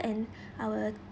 and our